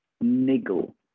niggle